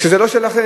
זה לא שלכם.